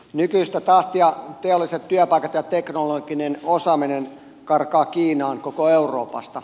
nykyistä tahtia teolliset työpaikat ja teknologinen osaaminen karkaavat kiinaan koko euroopasta